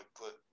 put